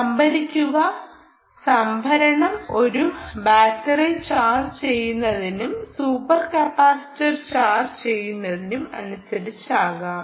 സംഭരിക്കുക സംഭരണം ഒരു battery charge ചെയ്യുന്നതിനും സൂപ്പർ കപ്പാസിറ്റർ ചാർജ് ചെയ്യുന്നതിനും അനുസരിച്ച് ആകാം